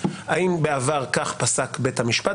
האם בעבר כך פסק בית המשפט?